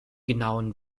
genauen